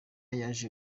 yaje